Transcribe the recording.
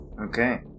Okay